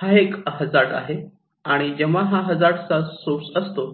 हा एक हजार्ड आहे आणि जेव्हा हा हजार्ड चा सोर्स असतो